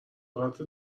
قدر